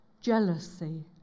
jealousy